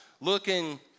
looking